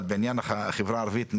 אבל בעניין החברה הערבית,